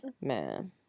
Man